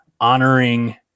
honoring